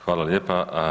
Hvala lijepa.